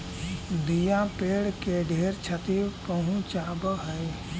दियाँ पेड़ के ढेर छति पहुंचाब हई